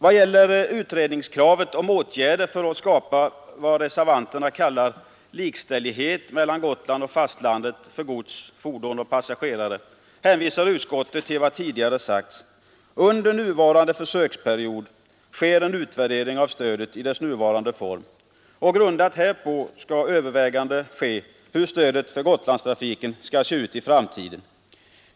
Vad gäller utredningskravet på åtgärder för att skapa vad reservanterna kallar ”likställighet mellan Gotland och fastlandet för gods, fordon och passagerare” hänvisar utskottet till vad tidigare sagts: Under nuvarande försöksperiod sker en utvärdering av stödet i dess nuvarande form. Grundat härpå skall övervägande göras om hur stödet för Gotlandstrafiken skall se ut i framtiden.